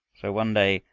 so one day,